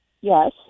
Yes